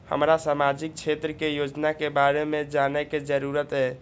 हमरा सामाजिक क्षेत्र के योजना के बारे में जानय के जरुरत ये?